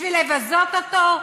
בשביל לבזות אותו?